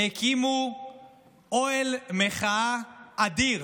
הקימו אוהל מחאה אדיר